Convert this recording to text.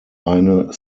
eine